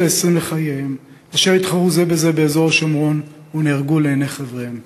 ה-20 לחייהם אשר התחרו זה בזה באזור השומרון ונהרגו לעיני חבריהם.